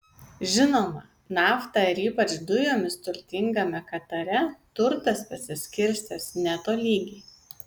žinoma nafta ir ypač dujomis turtingame katare turtas pasiskirstęs netolygiai